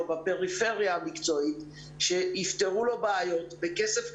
בפריפריה המקצועית שיפתרו לו בעיות בכסף קטן.